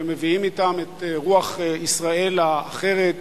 שמביאים אתם את רוח ישראל האחרת,